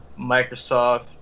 Microsoft